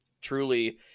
truly